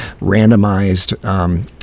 randomized